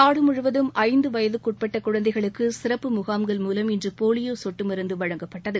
நாடுமுழுவதும் ஐந்து வயதிற்குட்பட்ட குழந்தைகளுக்கு சிறப்பு முகாம்கள் மூலம் இன்று போலியோ சொட்டு மருந்து வழங்கப்பட்டது